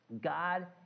God